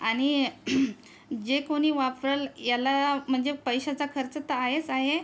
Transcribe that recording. आणि जे कोणी वापरंल याला मनजे पैशाचा खर्च तर आहेच आहे